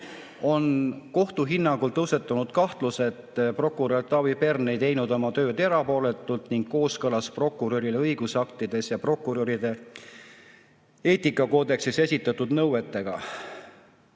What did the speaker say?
on kohtu hinnangul tõusetunud kahtlus, et prokurör Taavi Pern ei teinud oma tööd erapooletult ning kooskõlas prokurörile õigusaktides ja prokuröride eetikakoodeksis esitatud nõuetega.